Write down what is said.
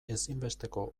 ezinbesteko